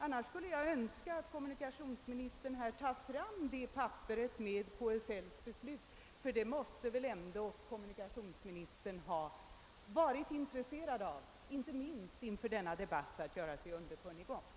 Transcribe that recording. Annars skulle jag önska att kommunikationsministern tar fram papperet med KSL:s beslut, ty kommunikationsministern har väl ändå varit intresserad av att skaffa sig kännedom om detta beslut, inte minst inför denna debatt.